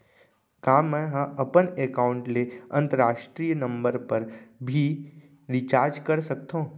का मै ह अपन एकाउंट ले अंतरराष्ट्रीय नंबर पर भी रिचार्ज कर सकथो